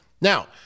Now